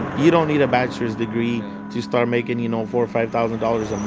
you don't need a bachelor's degree to start making, you know, four or five thousand dollars um